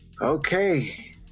Okay